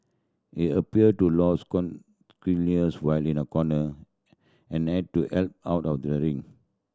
he appeared to lose while in a corner and had to helped out of the ring